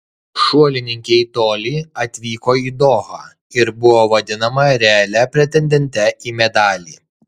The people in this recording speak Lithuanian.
šuolininkė į tolį atvyko į dohą ir buvo vadinama realia pretendente į medalį